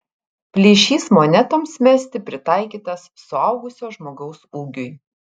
plyšys monetoms mesti pritaikytas suaugusio žmogaus ūgiui